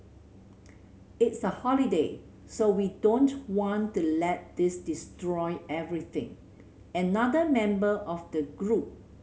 it's a holiday so we don't want to let this destroy everything another member of the group